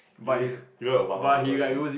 you you like Obama also right